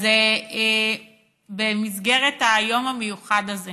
אז במסגרת היום המיוחד הזה